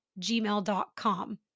gmail.com